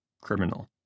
criminal